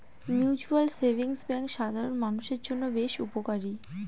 mutual savings bank সাধারন মানুষের জন্য বেশ উপকারী